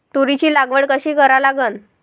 तुरीची लागवड कशी करा लागन?